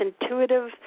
intuitive